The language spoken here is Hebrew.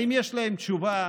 האם יש להם תשובה